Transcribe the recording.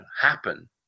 happen